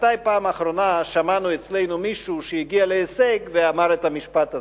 מתי בפעם האחרונה שמענו אצלנו מישהו שהגיע להישג ואמר את המשפט הזה?